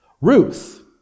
Ruth